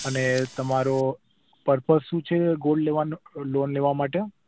અને તમારો પર્પસ શું છે ગોલ્ડ લેવાનો લોન લેવા માટે